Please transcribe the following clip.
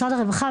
משרד הרווחה,